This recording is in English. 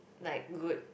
like good